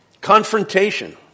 Confrontation